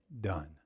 done